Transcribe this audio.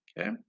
okay